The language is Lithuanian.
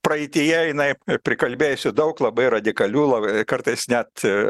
praeityje jinai prikalbėjusi daug labai radikalių lab kartais net